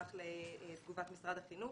נשמח לתגובת משרד החינוך.